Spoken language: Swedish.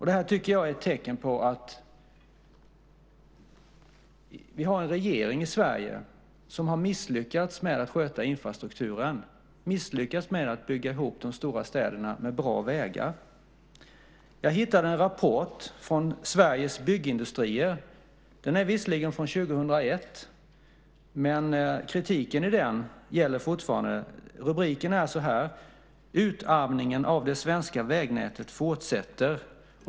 Detta är ett tecken på att regeringen i Sverige har misslyckats med att sköta infrastrukturen och med att knyta ihop de stora städerna med bra vägar. Jag hittade en rapport från Sveriges byggindustrier. Den är visserligen från 2001, men kritiken i den gäller fortfarande. Rubriken lyder: Utarmningen av det svenska vägnätet fortsätter.